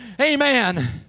Amen